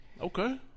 Okay